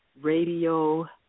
radio